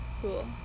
Cool